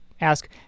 ask